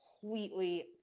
completely